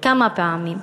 כמה פעמים?